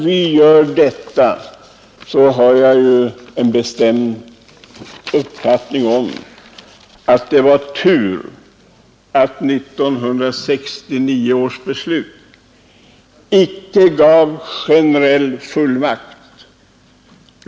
Jag har en bestämd känsla av att det var tur att 1969 års beslut icke gav någon generell fullmakt.